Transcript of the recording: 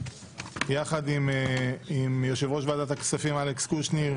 ביחד עם יושב-ראש ועדת הכספים אלכס קושניר,